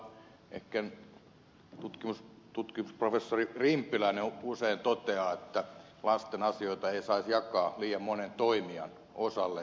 itse näen sen sillä tavalla kuten tutkimusprofessori rimpiläinen usein toteaa että lasten asioita ei saisi jakaa liian monen toimijan osalle